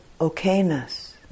okayness